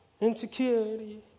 insecurity